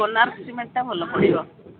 କୋଣାର୍କ ସିମେଣ୍ଟଟା ଭଲ ପଡ଼ିବ